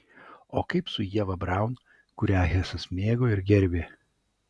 o kaip su ieva braun kurią hesas mėgo ir gerbė